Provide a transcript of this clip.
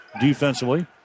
defensively